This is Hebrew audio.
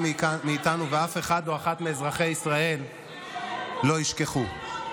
מאיתנו ואף אחד או אחת מאזרחי ישראל לא ישכחו.